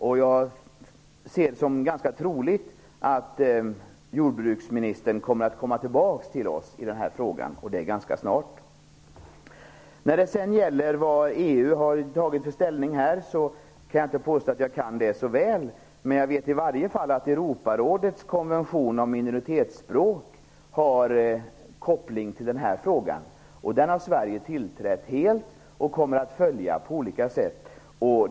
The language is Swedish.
Jag har sett det som ganska troligt att jordbruksministern kommer att komma tillbaka till oss i den här frågan, och det ganska snart. När det sedan gäller frågan vad EU har tagit för ställning kan jag inte påstå att jag kan det så väl, men jag vet i varje fall att Europarådets konvention om minoritetsspråk har koppling till den frågan. Den har Sverige helt biträtt, och vi kommer att följa den på olika sätt.